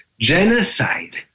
genocide